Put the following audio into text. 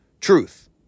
Truth